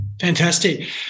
Fantastic